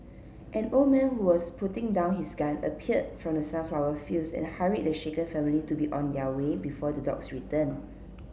an old man who was putting down his gun appeared from the sunflower fields and hurried the shaken family to be on their way before the dogs return